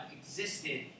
existed